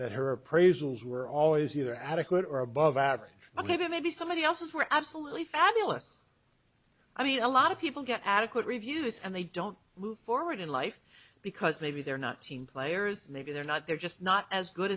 that her appraisals were always either adequate or above average but given maybe somebody else's were absolutely fabulous i mean a lot of people get adequate reviews and they don't move forward in life because maybe they're not team players maybe they're not they're just not as good